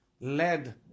led